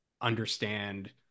understand